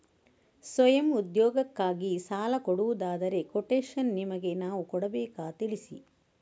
ಸ್ವಯಂ ಉದ್ಯೋಗಕ್ಕಾಗಿ ಸಾಲ ಕೊಡುವುದಾದರೆ ಕೊಟೇಶನ್ ನಿಮಗೆ ನಾವು ಕೊಡಬೇಕಾ ತಿಳಿಸಿ?